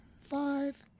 five